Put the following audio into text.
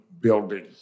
building